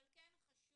אבל כן חשוב,